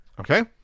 Okay